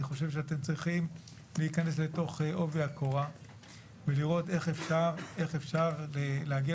אני חושב שאתם צריכים להיכנס לתוך עובי הקורה ולראות איך אפשר להגיע